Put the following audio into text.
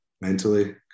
mentally